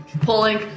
Pulling